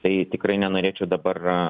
tai tikrai nenorėčiau dabar